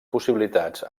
possibilitats